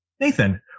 Nathan